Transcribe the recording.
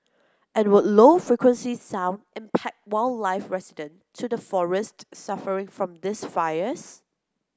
and would low frequency sound impact wildlife resident to the forest suffering from these fires